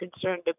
concerned